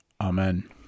Amen